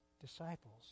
disciples